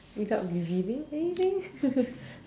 without revealing anything